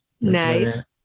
nice